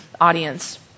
audience